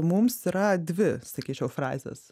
mums yra dvi sakyčiau frazės